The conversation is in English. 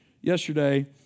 yesterday